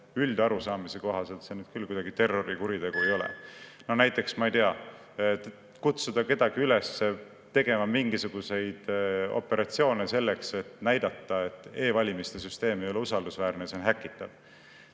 üldarusaamise kohaselt need küll kuidagi terrorikuriteod ei ole. Näiteks, ma ei tea, kutsuda kedagi üles tegema mingisuguseid operatsioone selleks, et näidata, et e‑valimiste süsteem ei ole usaldusväärne, et see on häkitav.